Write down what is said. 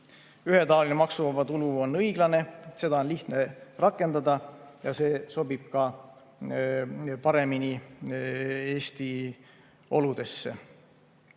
Ühetaoline maksuvaba tulu on õiglane, seda on lihtne rakendada ja see sobib ka paremini Eesti oludesse.